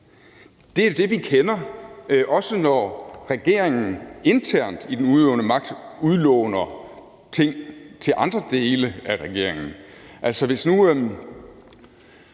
Det er jo det, vi kender, også når regeringen internt i den udøvende magt udlåner ting til andre dele af regeringen.